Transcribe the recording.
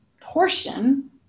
portion